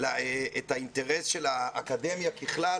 את האינטרס של האקדמיה ככלל,